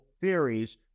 theories